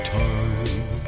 time